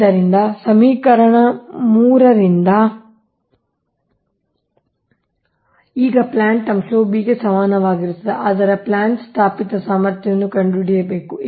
ಆದ್ದರಿಂದ ಸಮೀಕರಣ 3 ರಿಂದ ಈಗ ಪ್ಲಾಂಟ್ ಅಂಶವು b ಗೆ ಸಮಾನವಾಗಿರುತ್ತದೆ ಆದರೆ ಪ್ಲಾಂಟ್ ಸ್ಥಾಪಿತ ಸಾಮರ್ಥ್ಯವನ್ನು ಕಂಡುಹಿಡಿಯಬೇಕು